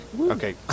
Okay